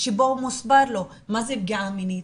שבו מוסבר לו מה זה פגיעה מינית,